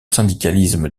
syndicalisme